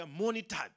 monitored